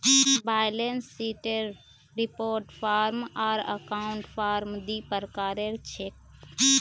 balance शीटेर report form आर account form दी प्रकार छिके